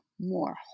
more